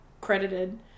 credited